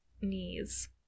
knees